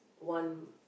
want